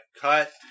cut